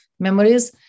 memories